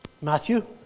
Matthew